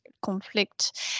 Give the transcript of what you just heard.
conflict